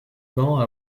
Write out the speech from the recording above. bancs